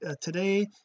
today